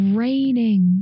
raining